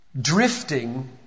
Drifting